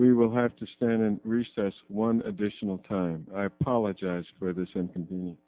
we will have to stand in recess one additional time i apologize